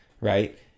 Right